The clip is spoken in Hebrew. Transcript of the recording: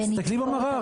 תסתכלי במראה.